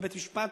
לבית-משפט,